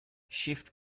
shift